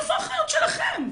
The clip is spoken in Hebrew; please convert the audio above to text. איפה האחריות שלכם?